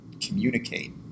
communicate